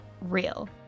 real